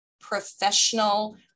professional